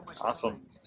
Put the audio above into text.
Awesome